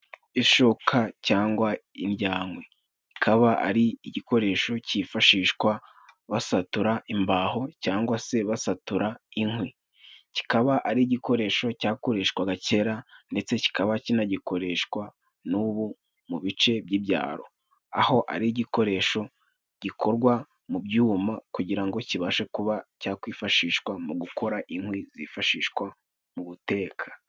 Ishoka cyangwa indyankwi, ikaba ari igikoresho cyifashishwa basatura imbaho cyangwa se basatura inkwi. Kikaba ari igikoresho cyakoreshwaga kera ndetse kikaba kinagikoreshwa n'ubu mu bice by'ibyaro. Aho ari igikoresho gikorwa mu byuma kugira ngo kibashe kuba cyakwifashishwa mu gukora inkwi zifashishwa mu guteka.